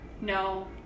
No